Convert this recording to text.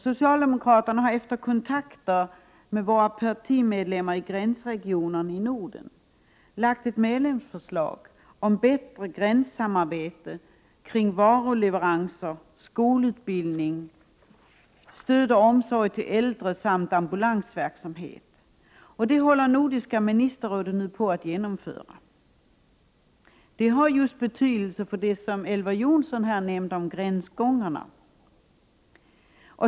Socialdemokraterna har, efter kontakter med våra partimedlemmar i gränsregioner i Norden, lagt ett medlemsförslag om bättre gränssamarbete kring varuleveranser, skolutbildning, stöd och omsorg till äldre samt ambulansverksamhet. Det håller Nordiska ministerrådet nu på att genomföra. Det har betydelse för just det som Elver Jonsson nämnde om gränsgångarna.